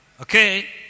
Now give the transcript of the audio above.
Okay